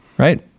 Right